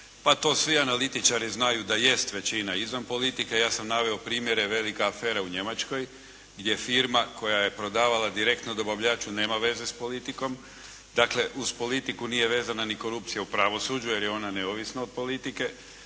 Pa to svi analitičari znaju da jest većina izvan politike, ja sam naveo primjere velika afera u Njemačkoj gdje firma koja je prodavala direktno dobavljaču nema veze s politikom. Dakle uz politiku nije vezana ni korupcija u pravosuđu, jer je ona neovisna od politike.